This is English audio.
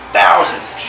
thousands